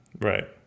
Right